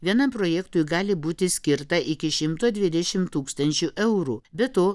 vienam projektui gali būti skirta iki šimto dvidešim tūkstančių eurų be to